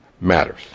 matters